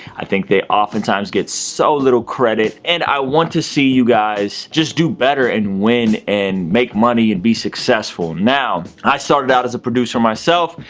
i think they oftentimes get so little credit and i want to see you guys just do better and win and make money and be successful. now, i started out as a producer myself.